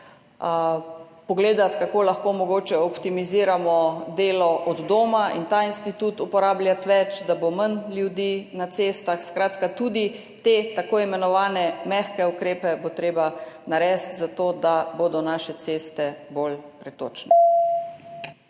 pogledati, kako lahko mogoče optimiziramo delo od doma, in ta institut uporabljati več, da bo manj ljudi na cestah. Skratka, tudi te tako imenovane mehke ukrepe bo treba narediti, zato da bodo naše ceste bolj pretočne.